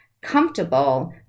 comfortable